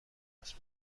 درست